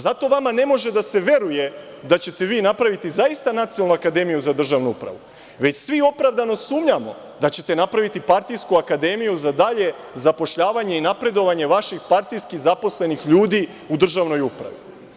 Zato vama ne može da se veruje da ćete vi napraviti zaista Nacionalnu akademiju za državnu upravu, već svi opravdano sumnjamo da ćete napraviti partijsku akademiju za dalje zapošljavanje i napredovanje vaših partijski zaposlenih ljudi u državnoj upravi.